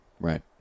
Right